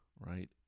right